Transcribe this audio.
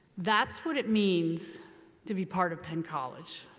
that's what it means to be part of penn college.